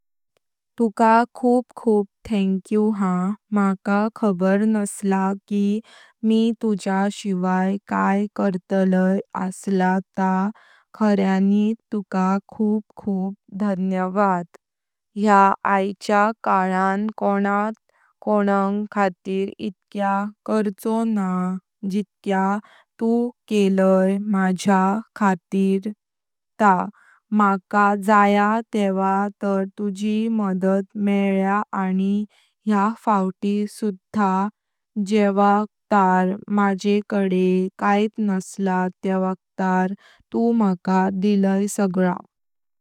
तुक खूप खूपा थँक यू हा मका खबर न्हसला कि मी तुज्या शिवाय काय करतलाय असला ता खऱयानित तुक खूप खूप धन्यवाद। या ऐजच्या क्लान कोणत कोना खातीर इतक्या खर्चो न्हा जितक्या तु केलय माझ्या खातीर। मका जया तेवक तार तुजी मदत मेलीया आनी या फौती सुधा जेवक तार म्जेकडे कैत नसला तेवक्तार तु मका दिलय सगळा।